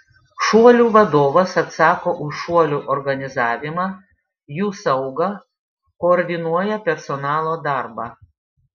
šuolių vadovas atsako už šuolių organizavimą jų saugą koordinuoja personalo darbą